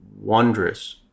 wondrous